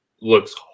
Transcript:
looks